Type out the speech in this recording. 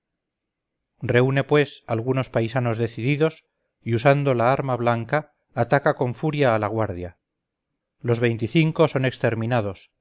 reúne pues algunos paisanos decididos y usando la arma blanca ataca con furia a la guardia los veinticinco son exterminados